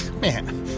Man